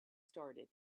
started